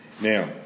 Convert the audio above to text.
Now